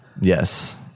Yes